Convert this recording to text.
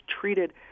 treated